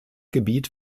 gebiet